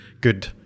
good